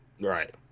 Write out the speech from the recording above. Right